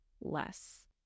less